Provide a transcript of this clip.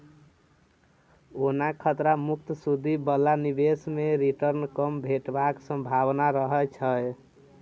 ओना खतरा मुक्त सुदि बला निबेश मे रिटर्न कम भेटबाक संभाबना रहय छै